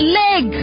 leg